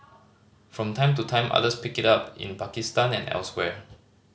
from time to time others pick it up in Pakistan and elsewhere